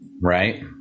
right